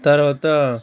తర్వాత